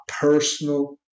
personal